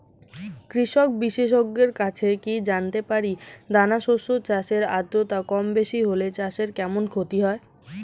কৃষক বিশেষজ্ঞের কাছে কি জানতে পারি দানা শস্য চাষে আদ্রতা কমবেশি হলে চাষে কেমন ক্ষতি হয়?